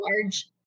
large-